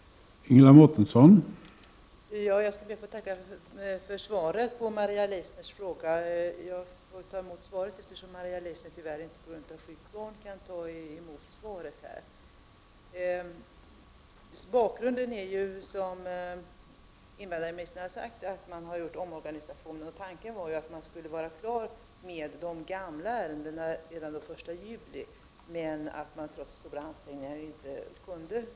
Då Maria Leissner, som framställt frågan, anmält att hon var förhindrad att närvara vid sammanträdet, medgav tredje vice talmannen att Ingela Mårtensson i stället fick delta i överläggningen.